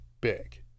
big